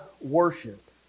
worship